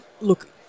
Look